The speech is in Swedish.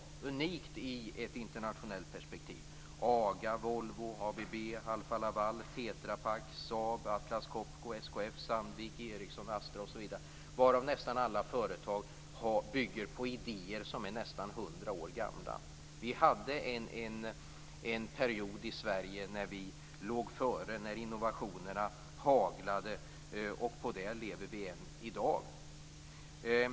Detta är unikt i ett internationellt perspektiv. Som exempel kan nämnas AGA, Volvo, ABB, Alfa Laval, Tetra Pak, Saab, Atlas Copco, SKF, Sandvik, Ericsson och Astra. Nästan alla dessa företag bygger på idéer som är ungefär hundra år gamla. Det var en period i Sverige när vi låg före. Innovationerna haglade och på dessa lever vi än i dag.